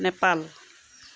Nepal